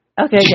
okay